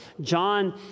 John